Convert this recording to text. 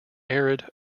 arid